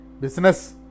business